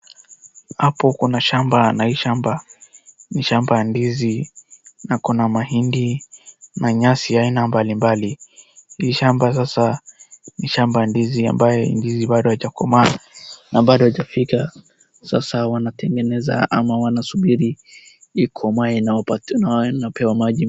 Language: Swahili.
Hapo kuna shamba na hii shamba ni shamba ya ndizi na kuna mahindi na nyasi ya aina mbalimbali. Hii shamba sasa ni shamba ya ndizi ambaye ndizi bado haijakomaa na bado haijafika. Sasa wanatengeneza ama wanasubiri ikomae na wanapewa maji mingi.